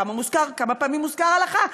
כמה פעמים מוזכרת הלכה.